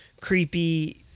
creepy